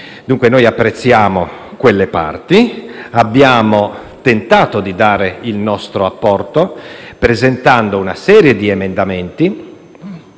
Dunque apprezziamo quelle parti e abbiamo tentato di dare il nostro apporto, presentando una serie di emendamenti,